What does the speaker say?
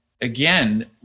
again